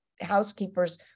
housekeepers